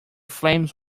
flames